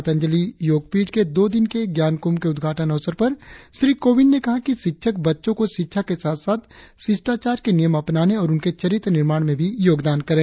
उत्तराखंड के हरिद्वार में पतंजलि योगपीठ में दो दिन के ज्ञान कुंभ के उद्घाटन अवसर पर श्री कोविंद ने कहा कि शिक्षक बच्चों को शिक्षा के साथ साथ शिष्टाचार के नियम अपनाने और उनके चरित्र निर्माण में भी योगदान करें